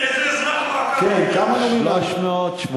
את זה אני אומר לזכותו.